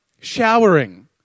showering